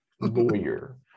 lawyer